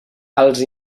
els